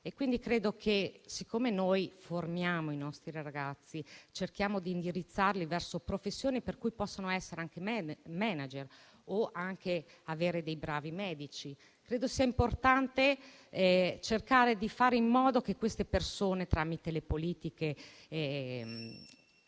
Quindi, siccome noi formiamo i nostri ragazzi, cerchiamo di indirizzarli verso professioni per cui possono essere anche *manager*, oppure dei bravi medici. Credo sia importante cercare di fare in modo che queste persone, tramite le politiche